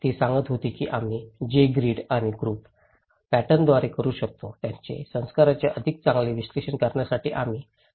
ती सांगत होती की आम्ही ते ग्रीड आणि ग्रुप पॅटर्नद्वारे करू शकतो त्यांचे संस्कारांचे अधिक चांगले विश्लेषण करण्यासाठी आम्ही वर्गीकरण करू शकतो